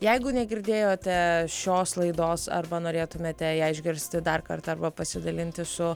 jeigu negirdėjote šios laidos arba norėtumėte ją išgirsti dar kartą arba pasidalinti su